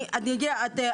סליחה.